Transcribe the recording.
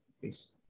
please